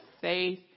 faith